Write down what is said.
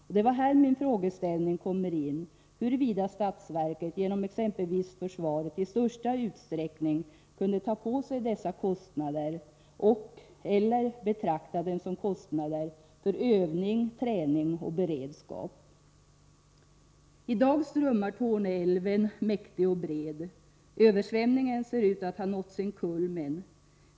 Och det är här min frågeställning kommer in, huruvida statsverket, genom exempelvis försvaret, i största utsträckning kunde ta på sig dessa kostnader och/eller betrakta dem som kostnader för övning, träning och beredskap. I dag strömmar Torneälven mäktig och bred. Översvämningen ser ut att ha nått sin kulmen.